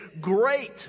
great